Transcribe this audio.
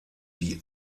die